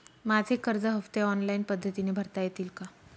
माझे कर्ज हफ्ते ऑनलाईन पद्धतीने भरता येतील का?